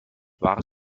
war